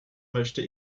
möchte